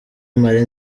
marie